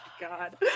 God